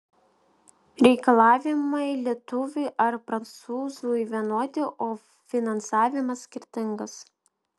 reikalavimai lietuviui ar prancūzui vienodi o finansavimas skirtingas